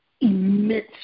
immense